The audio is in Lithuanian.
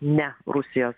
ne rusijos